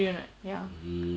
mm